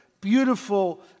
beautiful